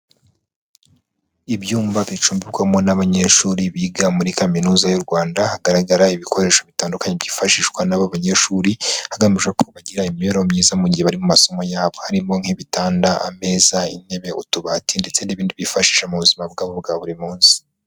Ibyumba bicumbikwamo n'abanyeshuri biga muri kaminuza y'u Rwanda, hagaragara ibikoresho bitandukanye byifashishwa n'aba banyeshuri, hagamije ko bagira imibereho myiza mu gihe bari mu masomo yabo, harimo: nk'ibitanda, ameza, intebe, utubati, ndetse n'ibindi byifashisha mu buzima bwabo bwa buri munsi.